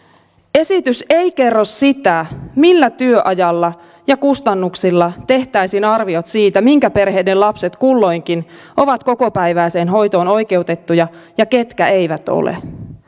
esitys ei kerro sitä millä työajalla ja kustannuksilla tehtäisiin arviot siitä minkä perheiden lapset kulloinkin ovat kokopäiväiseen hoitoon oikeutettuja ja ketkä eivät ole